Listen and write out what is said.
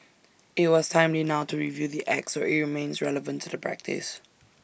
IT was timely now to review the act so IT remains relevant to the practice